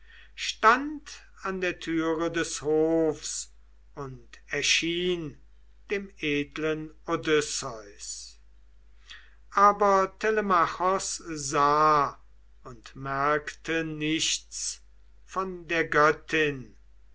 stand an der türe des hofs und erschien dem edlen odysseus aber telemachos sah und merkte nichts von der göttin